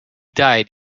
died